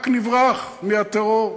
רק נברח מהטרור,